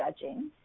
judging